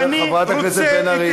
חברת הכנסת בן ארי.